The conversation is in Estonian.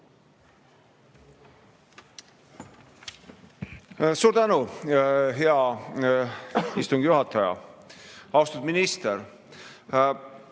Suur tänu, hea istungi juhataja! Austatud minister!